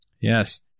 Yes